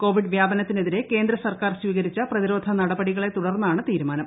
Covid വ്യാപനത്തിനെതിരെ കേന്ദ്ര സർക്കാർ സ്വീകരിച്ച പ്രതിരോധ നടപടികളെ തുടർന്നാണ് തീരുമാനം